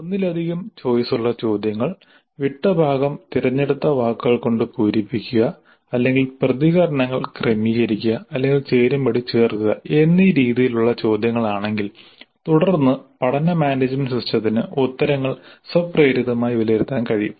ഒന്നിലധികം ചോയ്സ് ഉള്ള ചോദ്യങ്ങൾ വിട്ട ഭാഗം തിരഞ്ഞെടുത്ത വാക്കുകൾ കൊണ്ട് പൂരിപ്പിക്കുക അല്ലെങ്കിൽ പ്രതികരണങ്ങൾ ക്രമീകരിക്കുക അല്ലെങ്കിൽ ചേരുംപടി ചേർക്കുക എന്നീ രീതിയിലുള്ള ചോദ്യങ്ങൾ ആണെങ്കിൽ തുടർന്ന് പഠന മാനേജുമെന്റ് സിസ്റ്റത്തിന് ഉത്തരങ്ങൾ സ്വപ്രേരിതമായി വിലയിരുത്താൻ കഴിയും